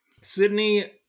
Sydney